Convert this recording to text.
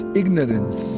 ignorance